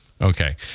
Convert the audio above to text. okay